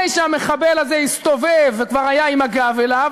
שהמחבל הזה הסתובב וכבר היה עם הגב אליו,